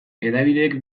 hedabideek